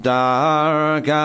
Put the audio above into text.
dark